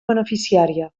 beneficiària